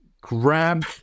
grab